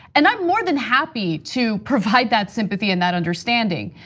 and i'm more than happy to provide that sympathy and that understanding.